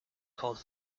called